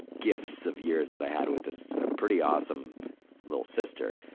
gifts of years that i had with this pretty awesome lil' sister.